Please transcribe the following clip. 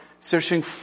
searching